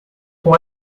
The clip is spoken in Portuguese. com